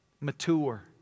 Mature